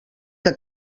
que